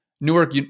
Newark